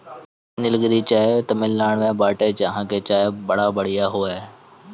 निलगिरी चाय उद्यान तमिनाडु में बाटे जहां के चाय बड़ा बढ़िया हअ